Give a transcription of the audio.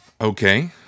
Okay